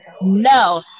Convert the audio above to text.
no